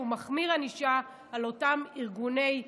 שהוא מחמיר ענישה של אותם ארגוני שמירה,